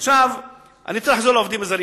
אדוני, אני רוצה לחזור לעובדים הזרים.